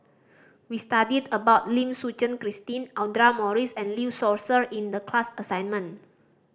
we studied about Lim Suchen Christine Audra Morrice and Lee Seow Ser in the class assignment